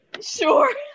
Sure